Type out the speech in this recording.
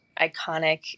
iconic